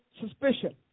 suspicion